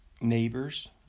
Neighbors